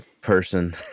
person